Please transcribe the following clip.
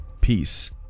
peace